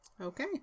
Okay